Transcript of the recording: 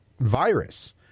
Virus